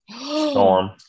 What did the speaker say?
Storm